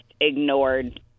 ignored